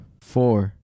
four